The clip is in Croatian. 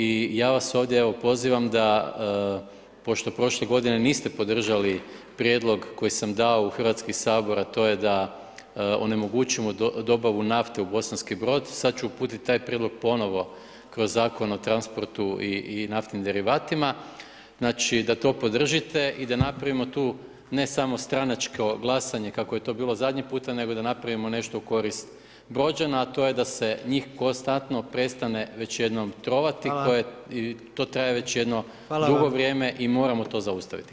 I ja vas ovdje evo pozivam pošto prošle godine niste podržali prijedlog koji sam dao u Hrvatski sabor, a to je da onemogućimo dobavu nafte u Bosanski Brod sada ću uputiti taj prijedlog ponovo kroz Zakonu o transportu i naftnim derivatima, da to podržite i da napravimo tu ne samo stranačko glasanje kako je to bilo zadnjih puta nego da napravimo nešto u korist Brođana, a da se njih konstantno prestane već jednom trovati i to traje već jedno dugo vrijeme i moramo to zaustaviti.